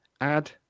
add